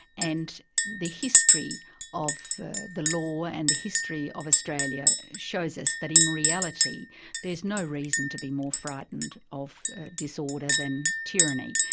and the history of the the law, and the history of australia, shows us that in reality there's no reason to be more frightened of disorder than tyranny,